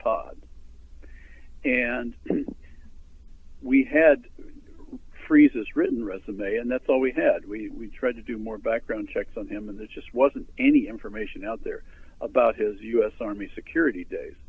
pod and we had freezes written resume and that's all we had we tried to do more background checks on him and that just wasn't any information out there about his u s army security days